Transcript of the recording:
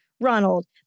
Ronald